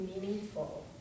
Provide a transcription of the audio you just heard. meaningful